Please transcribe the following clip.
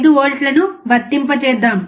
5 వోల్ట్లను వర్తింపజేద్దాం